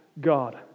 God